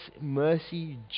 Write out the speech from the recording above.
mercy